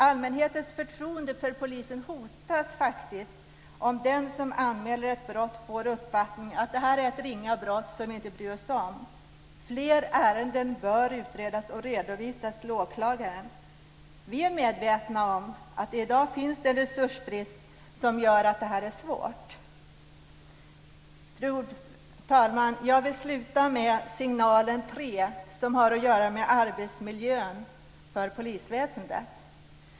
Allmänhetens förtroende för polisen hotas faktiskt om den som anmäler ett brott får uppfattningen att det är ett ringa brott som polisen inte bryr sig om. Fler ärenden bör utredas och redovisas till åklagaren. Vi är medvetna om att det finns en resursbrist i dag som gör att detta är svårt. Fru talman! Jag vill sluta med signal tre, som har att göra med arbetsmiljön för polisväsendet.